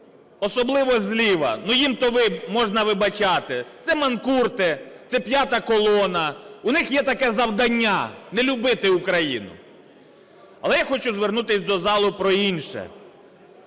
особливо зліва, їм-то можна вибачати, це манкурти, це "п'ята колона", у них є таке завдання - не любити Україну. Але я хочу звернутись до зали про інше.